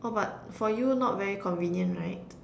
oh but for you not very convenient right